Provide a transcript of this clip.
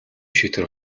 шийдвэр